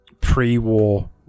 pre-war